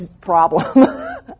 Problem